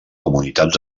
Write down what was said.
comunitats